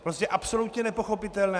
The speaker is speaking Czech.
Prostě absolutně nepochopitelné.